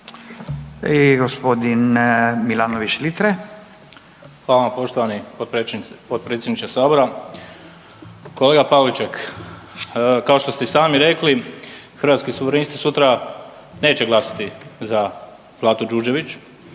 (Hrvatski suverenisti)** Hvala vam poštovani potpredsjedniče sabora. Kolega Pavliček kao što ste i sami rekli Hrvatski suverenisti sutra neće glasati za Zlatu Đurđević,